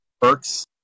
perks